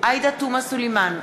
עאידה תומא סלימאן,